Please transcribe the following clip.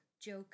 joke